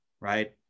right